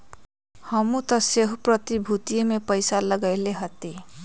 हमहुँ तऽ सेहो प्रतिभूतिय में पइसा लगएले हती